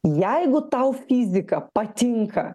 jeigu tau fizika patinka